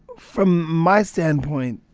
from my standpoint,